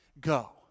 Go